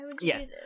Yes